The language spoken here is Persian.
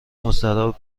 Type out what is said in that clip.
مستراح